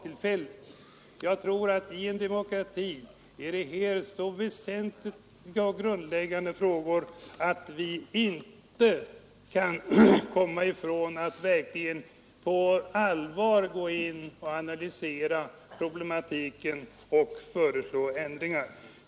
I en demokrati är detta så väsentliga och grundläggande frågor att vi inte kommer ifrån att på allvar analysera problematiken och föreslå ändringar.